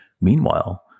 Meanwhile